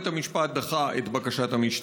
ובית המשפט דחה את בקשת המשטרה.